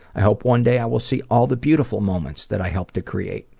i hope one day i will see all the beautiful moments that i helped create.